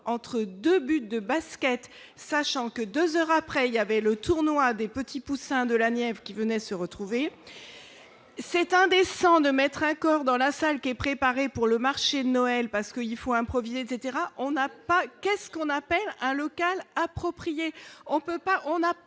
entre 2 buts de basket, sachant que 2 heures après, il y avait le tournoi des petits poussins de la Nièvre qui venaient se retrouver c'est indécent de mettre un corps dans la salle qui est préparé pour le marché de Noël parce qu'il faut improviser etc, on n'a pas qu'est ce qu'on appelle un local approprié, on